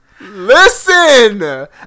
Listen